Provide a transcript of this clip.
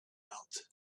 out